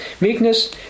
meekness